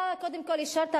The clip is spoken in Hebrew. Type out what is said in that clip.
אתה קודם כול אישרת,